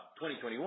2021